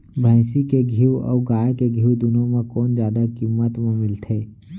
भैंसी के घीव अऊ गाय के घीव दूनो म कोन जादा किम्मत म मिलथे?